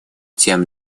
тем